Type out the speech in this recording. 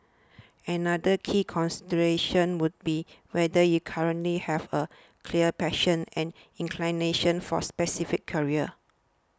another key consideration would be whether you currently have a clear passion and inclination for specific careers